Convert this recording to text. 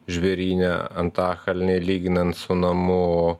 žvėryne antakalny lyginant su namu